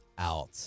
out